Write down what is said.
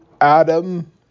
Adam